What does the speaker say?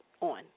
on